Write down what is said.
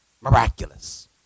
miraculous